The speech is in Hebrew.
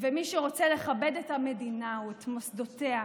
ולמי שרוצה לכבד את המדינה ואת מוסדותיה.